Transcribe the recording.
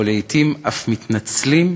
ולעתים אף מתנצלים,